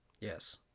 Yes